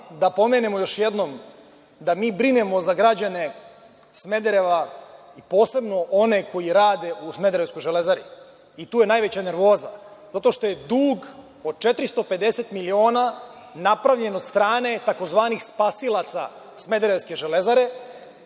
da pomenemo još jednom da mi brinemo za građane Smedereva i posebno one koji rade u smederevskoj „Železari“ i tu je najveća nervoza zato što je dug od 450 miliona napravljen od strane tzv. spasilaca smederevske „Železare“.